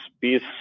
peace